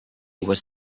was